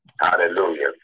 Hallelujah